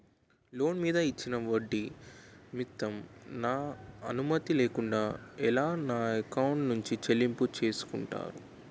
Loan మీద ఇచ్చిన ఒడ్డి నిమిత్తం నా అనుమతి లేకుండా ఎలా నా ఎకౌంట్ నుంచి చెల్లింపు చేసుకుంటారు?